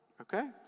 Okay